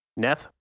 Neth